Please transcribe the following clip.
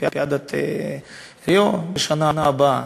אולימפיאדת ריו בשנה הבאה.